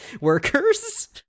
workers